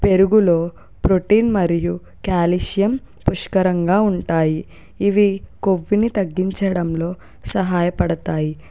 పెరుగులో ప్రోటీన్ మరియు కాల్షియమ్ పుష్కలంగా ఉంటాయి ఇవి కొవ్వుని తగ్గించడంలో సహాయపడతాయి